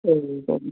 हो हो